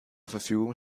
verfügung